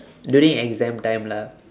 during exam time lah